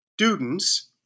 students